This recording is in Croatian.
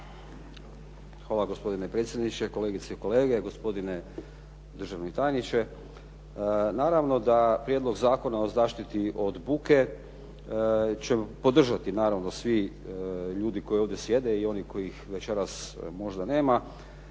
Hvala gospodine predsjedniče, kolegice i kolege, gospodine državni tajniče. Naravno da Prijedlog Zakona o zaštiti od buke će podržati naravno svi ljudi koji ovdje sjede i oni kojih večeras možda nema